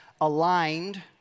aligned